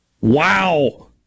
Wow